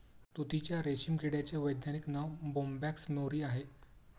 तुतीच्या रेशीम किड्याचे वैज्ञानिक नाव बोंबॅक्स मोरी आहे